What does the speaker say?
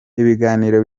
ibiganiro